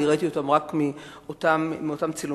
אני ראיתי אותם רק באותם צילומים.